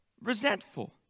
resentful